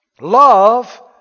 Love